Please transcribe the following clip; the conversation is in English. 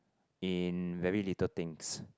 in very little things